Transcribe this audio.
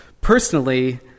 Personally